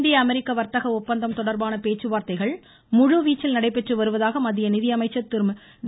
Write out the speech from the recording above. இந்திய அமெரிக்க வர்த்தக இப்பந்தம் தொடர்பான பேச்சுவார்த்தைகள் முழுவீச்சில் நடைபெற்று வருவதாக மத்திய நிதியமைச்சர் திருமதி